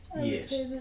Yes